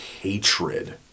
hatred